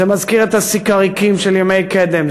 זה מזכיר את הסיקריקים של ימי קדם,